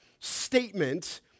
statement